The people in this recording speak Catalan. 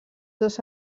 dos